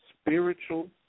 spiritual